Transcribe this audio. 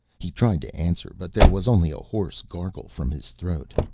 he tried to answer but there was only a hoarse gargle from his throat.